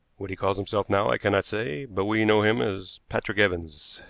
what he calls himself now i cannot say, but we know him as patrick evans.